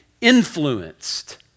influenced